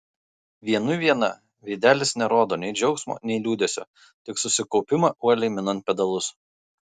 vienui viena veidelis nerodo nei džiaugsmo nei liūdesio tik susikaupimą uoliai minant pedalus